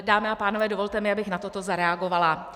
Dámy a pánové, dovolte mi, abych na toto zareagovala.